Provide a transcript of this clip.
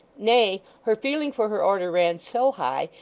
nay, her feeling for her order ran so high,